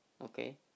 Okay